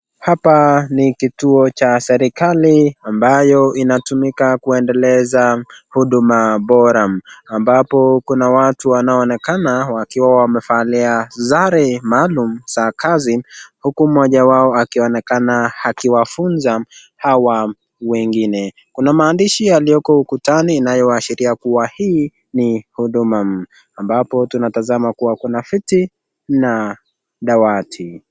Hapa ni kituo cha serikali ambayo inatumika kuendeleza huduma bora, ambapo kuna watu wanaonekana wakiwa wamevaa sare maalum za kazi huku mmoja wao anaonekana akiwafunza hawa wengine. Kuna yalioko maandishi ukutani inayoashiria kuwa hii ni Huduma, ambapo tunatazama kuwa kuna viti na dawati.